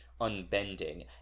unbending